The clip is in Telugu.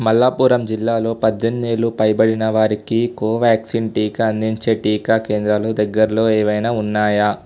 మల్లాప్పురం జిల్లాలో పద్ధెనిమిది ఏళ్ళు పైబడిన వారికి కోవ్యాక్సిన్ టీకా అందించే టీకా కేంద్రాలు దగ్గర్లో ఏవైనా ఉన్నాయా